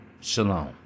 Shalom